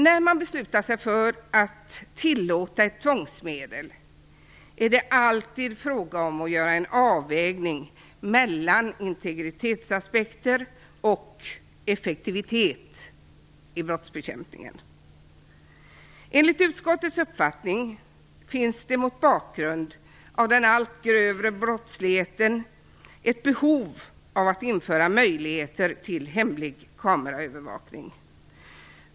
När man beslutar sig för att tillåta ett tvångsmedel är det alltid fråga om att göra en avvägning mellan integritetsaspekter och effektivitet i brottsbekämpningen. Enligt utskottets uppfattning finns det mot bakgrund av den allt grövre brottsligheten ett behov av att införa möjligheter till hemlig kameraövervakning.